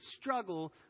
struggle